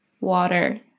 water